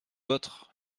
d’autres